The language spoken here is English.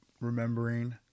remembering